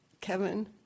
Kevin